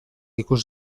ikus